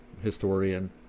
historian